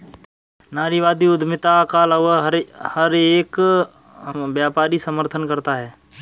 नारीवादी उद्यमिता का लगभग हर एक व्यापारी समर्थन करता है